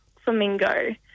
flamingo